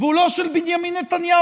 והוא לא של בנימין נתניהו,